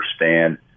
understand